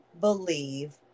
believe